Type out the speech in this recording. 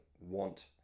want